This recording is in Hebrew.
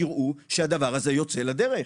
תראו שהדבר הזה יוצא לדרך,